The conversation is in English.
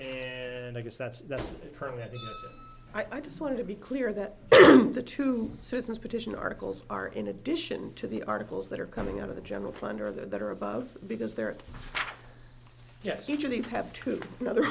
and i guess that's that's permanently i just want to be clear that the two systems petition articles are in addition to the articles that are coming out of the general fund or that are above because they're yet each of these have to another